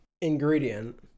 ingredient